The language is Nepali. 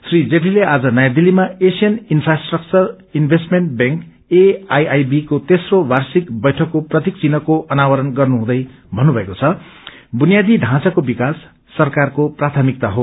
श्री जेटलीले आज नयाँ दिल्लीमा Asian infrastructure investment bank AIIB को तेस्रो वार्षिक वैठकको प्रतीक चिन्हको अनावरण गर्नुहुँदै भन्नुभएको छ बुनियादी ढाँचाको विकास सरकारको प्राथमिकता हो